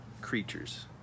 creatures